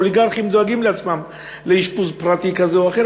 האוליגרכים דואגים לעצמם לאשפוז פרטי כזה או אחר,